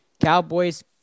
Cowboys